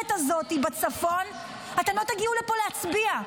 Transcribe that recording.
הזאת בצפון אתם לא תגיעו לפה להצביע.